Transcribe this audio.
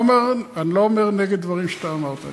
אני לא אומר נגד דברים שאתה אמרת,